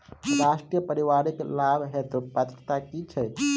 राष्ट्रीय परिवारिक लाभ हेतु पात्रता की छैक